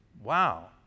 Wow